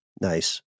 Nice